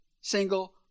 single